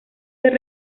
ser